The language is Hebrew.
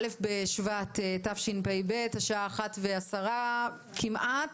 א' בשבט התשפ"ב, השעה 13:10 כמעט.